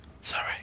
Sorry